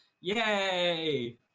Yay